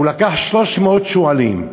הוא לקח 300 שועלים,